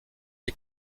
les